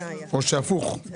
היה, אני אסביר.